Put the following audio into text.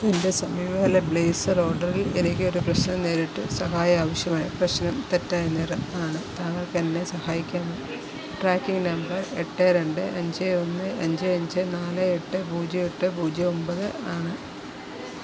എൻ്റെ സമീപകാല ബ്ലേസർ ഓർഡറിൽ എനിക്ക് ഒരു പ്രശ്നം നേരിട്ടു സഹായം ആവശ്യമാണ് പ്രശ്നം തെറ്റായ നിറം ആണ് താങ്കൾക്ക് എന്നെ സഹായിക്കാമോ ട്രാക്കിംഗ് നമ്പർ എട്ട് രണ്ട് അഞ്ച് ഒന്ന് അഞ്ച് അഞ്ച് നാല് എട്ട് പൂജ്യം എട്ട് പൂജ്യം ഒമ്പത് ആണ്